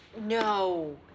No